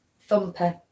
Thumper